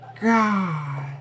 God